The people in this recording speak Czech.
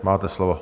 Máte slovo.